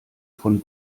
von